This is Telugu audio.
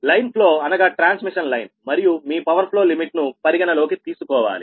లైన్ ఫ్లో అనగా ట్రాన్స్మిషన్ లైన్ మరియు మీ పవర్ ఫ్లో లిమిట్ ను పరిగణలోకి తీసుకోవాలి